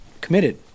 committed